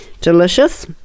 delicious